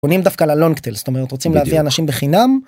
קונים דווקא ללונג טייל זאת אומרת רוצים להביא אנשים בחינם.